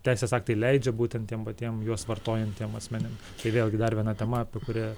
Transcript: teisės aktai leidžia būtent tiem patiem juos vartojantiem asmenim tai vėlgi dar viena tema apie kurią